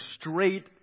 straight